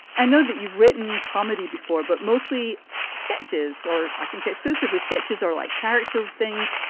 i know that you've written comedy before, but mostly sketches or i think exclusively sketches or like character things.